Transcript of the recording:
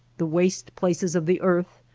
the waste places of the earth,